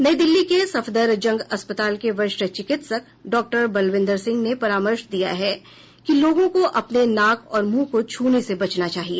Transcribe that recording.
नई दिल्ली के सफदरजंग अस्पताल के वरिष्ठ चिकित्सक डॉक्टर बलविंदर सिंह ने परामर्श दिया है कि लोगों को अपने नाक और मुंह को छुने से बचना चाहिए